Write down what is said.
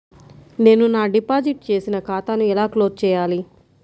నేను నా డిపాజిట్ చేసిన ఖాతాను ఎలా క్లోజ్ చేయాలి?